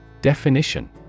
Definition